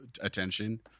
attention